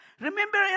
Remember